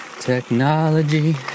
Technology